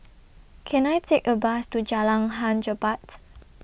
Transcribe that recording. Can I Take A Bus to Jalan Hang Jebat